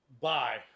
Bye